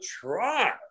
try